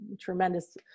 tremendous